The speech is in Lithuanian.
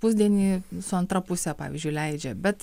pusdienį su antra puse pavyzdžiui leidžia bet